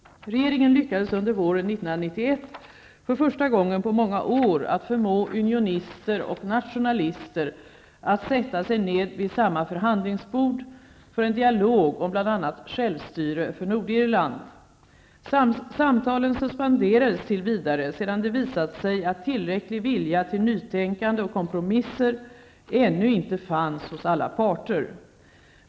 Regeringen lyckades under våren 1991 för första gången på många år att förmå unionister och nationalister att sätta sig ned vid samma förhandlingsbord för en dialog om bl.a. självstyre för Nordirland. Samtalen suspenderades tills vidare, sedan det visat sig att tillräcklig vilja till nytänkande och kompromisser ännu inte fanns hos alla parter.